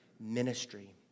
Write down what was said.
ministry